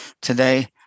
today